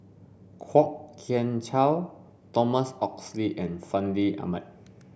Kwok Kian Chow Thomas Oxley and Fandi Ahmad